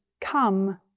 come